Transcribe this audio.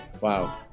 Wow